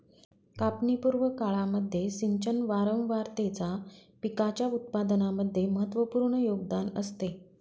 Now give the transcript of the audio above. कापणी पूर्व काळामध्ये सिंचन वारंवारतेचा पिकाच्या उत्पादनामध्ये महत्त्वपूर्ण योगदान असते